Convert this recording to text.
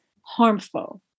harmful